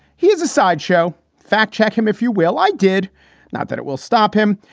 he is a sideshow. fact check him, if you will. i did not that it will stop him,